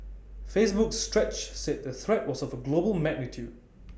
Facebook's stretch said the threat was of A global magnitude